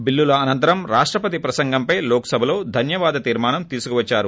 బిల్లుల అనంతరం రాష్టపతి ప్రసంగంపై లోక్సభలో ధన్వవాద తీర్మా నం తీసుకోచ్చారు